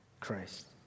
Christ